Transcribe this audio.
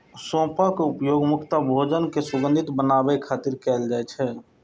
सौंफक उपयोग मुख्यतः भोजन कें सुगंधित बनाबै खातिर कैल जाइ छै